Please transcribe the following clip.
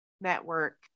network